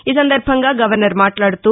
ఈ సందర్బంగా గవర్నర్ మాట్లాదుతూ